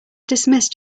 dismissed